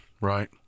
Right